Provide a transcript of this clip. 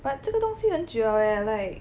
but 这个东西很久了 eh like